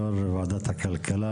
יו"ר ועדת הכלכלה,